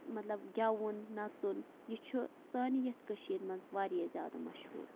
مَطلَب گیٚوُن نَژُن یہِ چھُ سانہِ یتھ کٔشیٖرِ مَنٛز واریاہ زیادٕ مشہوٗر